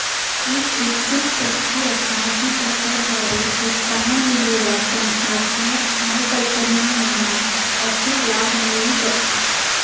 एक इच्छुक व्यक्ती असा जी त्याच्याद्वारे प्रोत्साहन दिलेल्या संस्थात्मक नवकल्पनांमधना आर्थिक लाभ मिळवु शकता